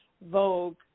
Vogue